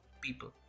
people